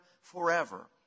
forever